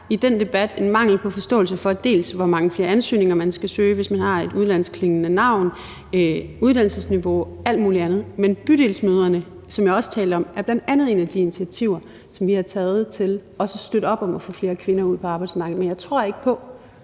i den debat en mangel på forståelse for, dels hvor mange flere ansøgninger, man skal sende, hvis man har et udenlandsk klingende navn, dels forskelle i uddannelsesniveau og alt muligt andet. Men Bydelsmødrene, som jeg også talte om, er bl.a. et af de initiativer, som vi har taget til også at bakke op om at få flere kvinder ud på arbejdsmarkedet. Men jeg tror ikke på,